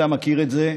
אתה מכיר את זה,